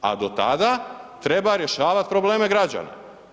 A do tada treba rješavati probleme građana.